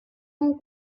kamu